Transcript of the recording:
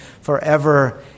forever